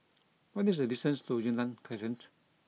what is the distance to Yunnan Crescent